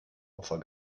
opfer